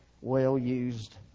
well-used